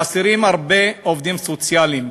חסרים הרבה עובדים סוציאליים.